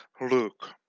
Luke